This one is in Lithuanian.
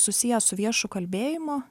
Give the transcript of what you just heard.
susiję su viešu kalbėjimu